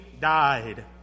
died